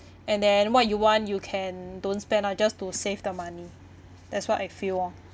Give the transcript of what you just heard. and then what you want you can don't spend lah just to save the money that's what I feel lor